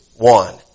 One